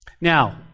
Now